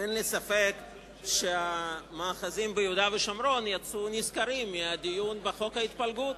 אין לי ספק שהמאחזים ביהודה ושומרון יצאו נשכרים מהדיון בחוק ההתפלגות,